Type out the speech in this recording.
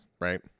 right